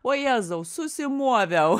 o jėzau susimoviau